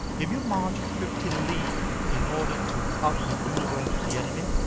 if you march fifty li in order to outmaneuver the enemy,